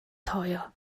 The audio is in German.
teuer